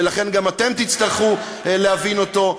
ולכן גם אתם תצטרכו להבין אותו.